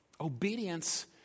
Obedience